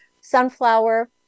sunflower